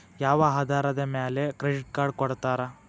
ಯಾವ ಆಧಾರದ ಮ್ಯಾಲೆ ಕ್ರೆಡಿಟ್ ಕಾರ್ಡ್ ಕೊಡ್ತಾರ?